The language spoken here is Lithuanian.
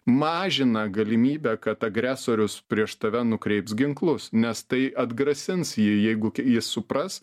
mažina galimybę kad agresorius prieš tave nukreips ginklus nes tai atgrasins jį jeigu jis supras